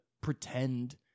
pretend